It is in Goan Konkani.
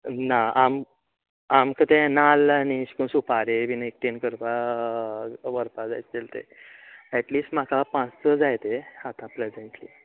ना आम आमकां तें नाल्ल आनी सुपारी एकटेय करपाक व्हरपा जाय आशिल्लें ते एटलिस्ट म्हाका पांच स जाय ते आता प्रेजन्ट्ली